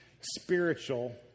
spiritual